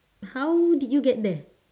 how did you get there